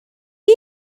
you